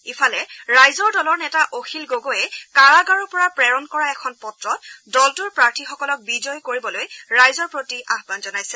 ইফালে ৰাইজৰ দলৰ নেতা অখিল গগৈয়ে কাৰাগাৰৰ পৰা প্ৰেৰণ কৰা এখন পত্ৰত দলটোৰ প্ৰাৰ্থীসকলক বিজয়ী কৰিবলৈ ৰাইজৰ প্ৰতি আহান জনাইছে